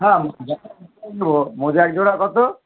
হ্যাঁ মোজা তো মোজা এক জোড়া কতো